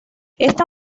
esta